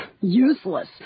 Useless